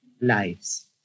lives